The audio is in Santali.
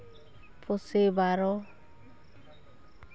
ᱯᱚᱥᱮᱭ ᱵᱟᱨᱚ